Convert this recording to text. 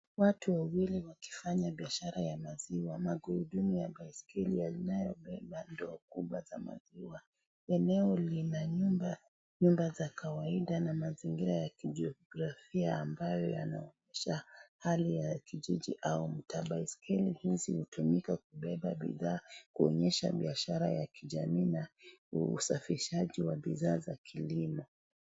Watu wawili wakifanya biashara ya maziwa. Magurudumu ya baiskeli yanayobeba ndoo kubwa za maziwa. Eneo lina nyumba za kawaida na mazingira ya kijiografia ambayo yanayoonyesha hali ya kijiji au mtaa. Baiskeli hizi hutumika kubeba bidhaa, kuonyesha biashara ya kijamii na usafirishaji wa bidhaa za kilimo.